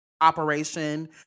operation